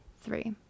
three